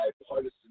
Bipartisan